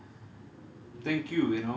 powerful you know and so